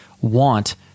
want